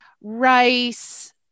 rice